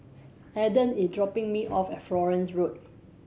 adan is dropping me off at Florence Road